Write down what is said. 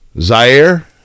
Zaire